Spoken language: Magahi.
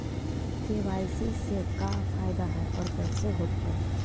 के.वाई.सी से का फायदा है और कैसे होतै?